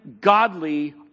godly